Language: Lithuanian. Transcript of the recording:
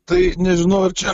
tai nežinau ar čia